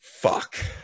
fuck